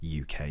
UK